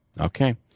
Okay